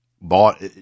bought